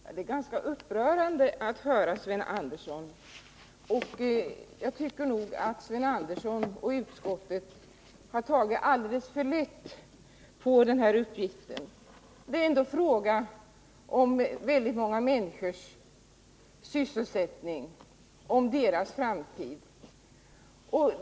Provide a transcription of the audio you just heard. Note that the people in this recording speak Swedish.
Herr talman! Det är ganska upprörande att höra Sven Andersson. Jag tycker nog att Sven Andersson och utskottet har tagit alldeles för lätt på uppgiften. Det är ändå fråga om väldigt många människors sysselsättning, om deras framtid.